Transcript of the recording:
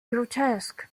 grotesque